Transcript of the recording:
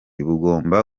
bugomba